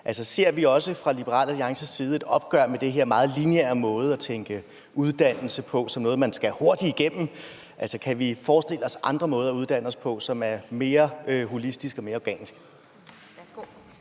ser vi også fra Liberal Alliances side et opgør med den her meget lineære måde at tænke uddannelse på som noget, man skal hurtigt igennem? Kan vi forestille os andre måder at uddanne os på, som er mere holitiske og mere organiske?